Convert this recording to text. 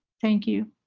thank you.